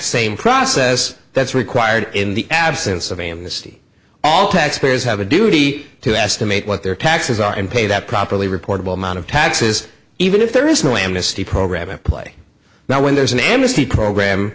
same process that's required in the absence of amnesty all taxpayers have a duty to estimate what their taxes are and pay that properly reportable amount of taxes even if there is no amnesty program in play now when there's an amnesty program